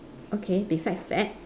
okay besides that